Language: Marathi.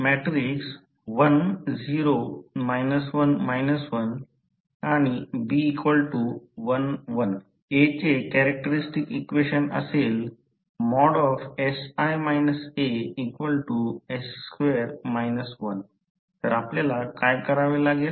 समजा जर त्यात कोइफिसिएंट मॅट्रिकस अशी असले A चे कॅरेक्टरस्टिक्स इक्वेशन असेल sI As2 1 तर आपल्याला काय करावे लागेल